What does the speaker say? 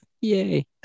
Yay